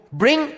bring